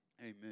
Amen